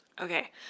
Okay